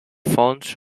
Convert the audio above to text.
fonts